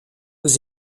aux